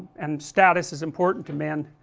and status is important to men,